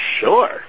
sure